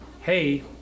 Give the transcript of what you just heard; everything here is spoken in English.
hey